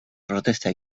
protesta